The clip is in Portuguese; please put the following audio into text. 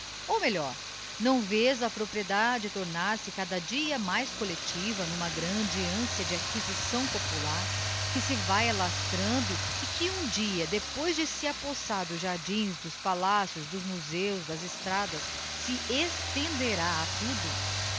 ou melhor não vés a propriedade tornar-se cada dia mais collectiva n'uma grande anciã de acquisição popular que se vae alastrando e que um dia depois de se apossar dos jardins dos palácios dos museus das estradas se estenderá a tudo